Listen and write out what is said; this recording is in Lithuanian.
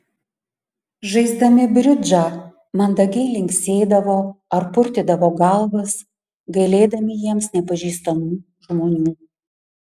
žaisdami bridžą mandagiai linksėdavo ar purtydavo galvas gailėdami jiems nepažįstamų žmonių